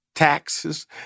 taxes